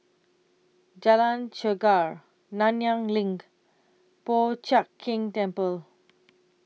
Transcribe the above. Jalan Chegar Nanyang LINK Po Chiak Keng Temple